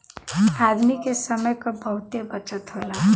आदमी के समय क बहुते बचत होला